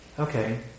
Okay